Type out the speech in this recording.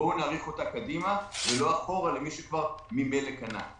בואו נאריך אותה קדימה ולא אחורה למי שכבר ממילא קנה.